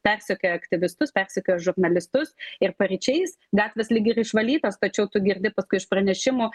persekioja aktyvistus persekioja žurnalistus ir paryčiais gatvės lyg ir išvalytos tačiau tu girdi paskui iš pranešimų